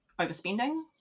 overspending